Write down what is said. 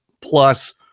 plus